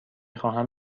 خواهم